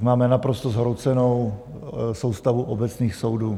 Tak máme naprosto zhroucenou soustavu obecných soudů.